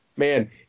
Man